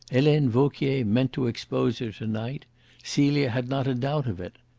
helene vauquier meant to expose her to-night celia had not a doubt of it.